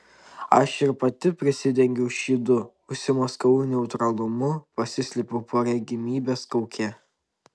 aš ir pati prisidengiau šydu užsimaskavau neutralumu pasislėpiau po regimybės kauke